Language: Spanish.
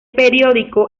periódico